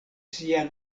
sia